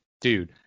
Dude